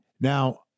Now